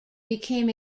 became